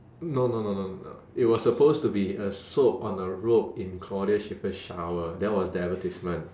no no no no no it was supposed to be a soap on a rope in claudia schiffer's shower that was the advertisement